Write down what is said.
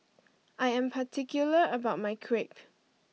I am particular about my Crepe